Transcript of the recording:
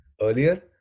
earlier